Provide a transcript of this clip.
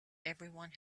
everyone